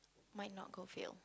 might not go fail